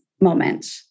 moment